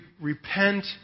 repent